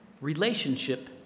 relationship